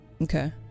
Okay